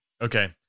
Okay